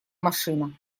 машина